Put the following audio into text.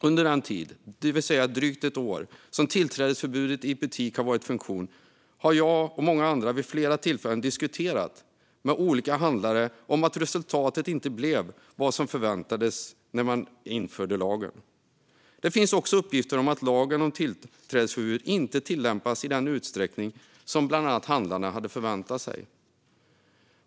Under den tid som tillträdesförbudet i butik har varit i funktion, det vill säga drygt ett år, har jag och många andra vid flera tillfällen diskuterat med olika handlare om att resultatet inte blivit vad som förväntades när man införde lagen. Det finns också uppgifter om att lagen om tillträdesförbud inte tillämpas i den utsträckning som bland annat handlarna hade förväntat sig.